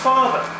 Father